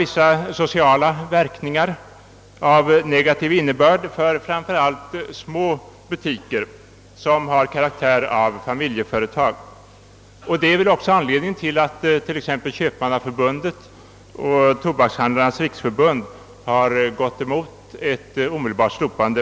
Vissa sociala verkningar av negativ innebörd kan uppstå för framför allt småbutiker med karaktären av familjeföretag. Detta torde också vara anledningen till att t.ex. Sveriges köpmannaförbund och Tobakshandlarnas riksförbund har gått emot ett omedelbart slopande.